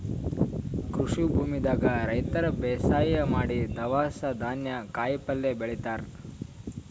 ಕೃಷಿ ಭೂಮಿದಾಗ್ ರೈತರ್ ಬೇಸಾಯ್ ಮಾಡಿ ದವ್ಸ್ ಧಾನ್ಯ ಕಾಯಿಪಲ್ಯ ಬೆಳಿತಾರ್